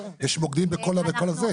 יש מוקדים בכל זה.